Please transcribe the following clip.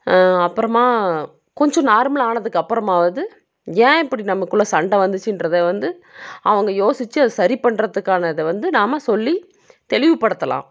அப்புறமா கொஞ்சம் நார்மல் ஆனதுக்கப்பறமாவாவது ஏன் இப்படி நமக்குள்ளே சண்டை வந்துச்சின்றதை வந்து அவங்க யோசிச்சு அதை சரி பண்ணுறதுக்கானத வந்து நாம சொல்லி தெளிவுப் படுத்தலாம்